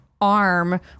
arm